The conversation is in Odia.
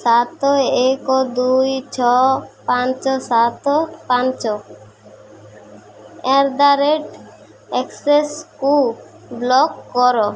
ସାତ ଏକ ଦୁଇ ଛଅ ପାଞ୍ଚ ସାତ ପାଞ୍ଚ ଆଟ୍ ଦି ରେଟ୍ ଆକ୍ସେସକୁ ବ୍ଲକ୍ କର